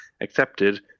accepted